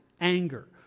anger